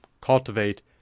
cultivate